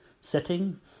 setting